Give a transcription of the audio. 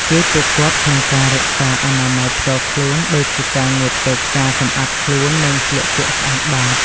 ជួយពួកគាត់ក្នុងការរក្សាអនាម័យផ្ទាល់ខ្លួនដូចជាការងូតទឹក ការសម្អាតខ្លួន និងស្លៀកពាក់ស្អាតបាត។